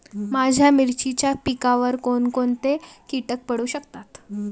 माझ्या मिरचीच्या पिकावर कोण कोणते कीटक पडू शकतात?